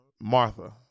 Martha